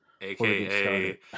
aka